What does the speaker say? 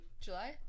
July